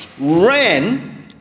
ran